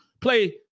play